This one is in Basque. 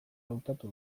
hautatu